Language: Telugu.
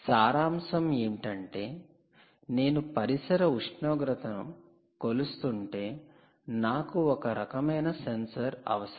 సారాంశం ఏంటంటే నేను పరిసర ఉష్ణోగ్రతను కొలుస్తుంటే నాకు ఒక రకమైన సెన్సార్ అవసరం